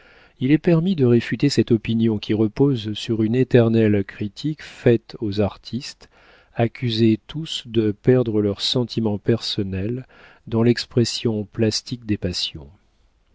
il est permis de réfuter cette opinion qui repose sur une éternelle critique faite aux artistes accusés tous de perdre leurs sentiments personnels dans l'expression plastique des passions